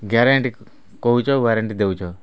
guarantee କହୁଛ warranty ଦେଉଛ